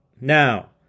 Now